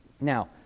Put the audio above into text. Now